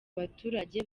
abaturage